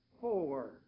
Four